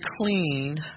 clean